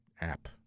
app